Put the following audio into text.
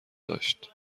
داشت